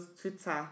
Twitter